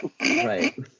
Right